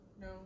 No